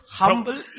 humble